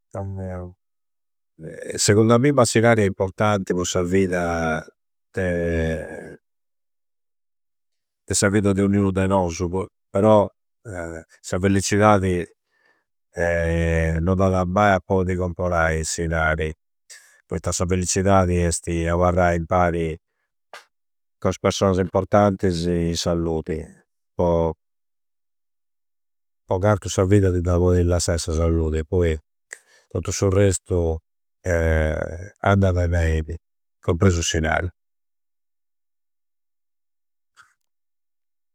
Secundu a mimma s'inari è importanti po sa vida de. De sa vida de ognunu de nosu po, però sa felliccidadi non d'ada mai a podi comporai s'inari, poitta sa felliccidadi esti aparrai impari co is persoasa importantisi in salludi po. Po cantu sa vida ti da poidi lassai sa salludi, poi tottu su restu andada e beidi, compreso s'inari.